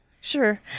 Sure